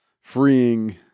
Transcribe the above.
freeing